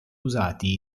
usati